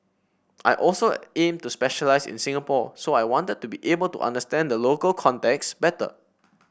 I also aim to specialise in Singapore so I wanted to be able to understand the local context better